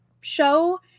show